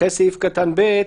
אחרי סעיף קטן (ב):